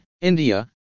india